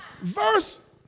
Verse